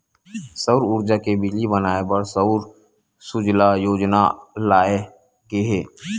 सउर उरजा ले बिजली बनाए बर सउर सूजला योजना लाए गे हे